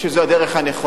אני חושב שזו הדרך הנכונה.